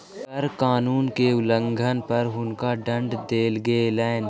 कर कानून के उल्लंघन पर हुनका दंड देल गेलैन